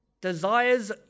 desires